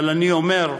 אבל אני אומר.